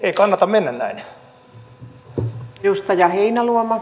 ei kannata mennä näin